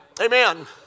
Amen